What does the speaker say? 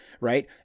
right